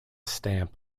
stamp